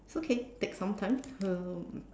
it's okay take some time um